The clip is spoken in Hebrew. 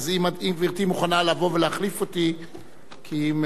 כי ממלא-מקומי, בבקשה.